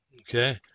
Okay